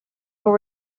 were